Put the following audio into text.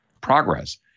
progress